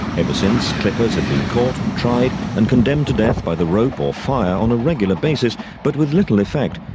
ever since, clippers had been caught, tried and condemned to death by the rope or fire on a regular basis, but with little effect,